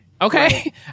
okay